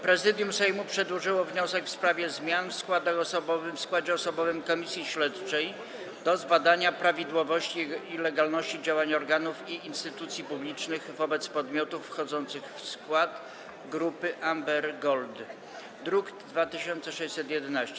Prezydium Sejmu przedłożyło wniosek w sprawie zmian w składzie osobowym Komisji Śledczej do zbadania prawidłowości i legalności działań organów i instytucji publicznych wobec podmiotów wchodzących w skład Grupy Amber Gold, druk nr 2611.